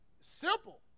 simple